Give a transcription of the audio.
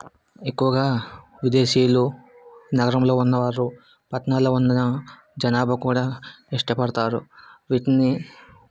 ఎక్కువగా విదేశీయులు నగరంలో ఉన్నవారు పట్టణాల్లో ఉన్న జనాభా కూడా ఇష్టపడతారు వీటిని